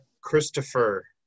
Christopher